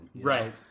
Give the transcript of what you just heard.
Right